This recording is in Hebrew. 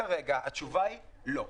כרגע התשובה היא: לא.